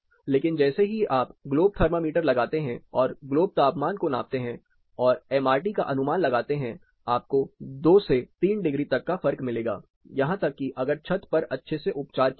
लेकिन जैसे ही आप ग्लोब थर्मामीटर लगाते हैं और ग्लोब तापमान को नापते हैं और एमआरटी का अनुमान लगाते है आपको दो से 3 डिग्री तक का फर्क मिलेगा यहां तक कि अगर छत पर अच्छे से उपचार किया हो